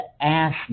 ask